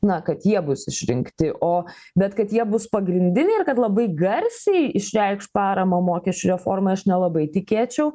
na kad jie bus išrinkti o bet kad jie bus pagrindiniai ir kad labai garsiai išreikš paramą mokesčių reformai aš nelabai tikėčiau